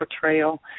portrayal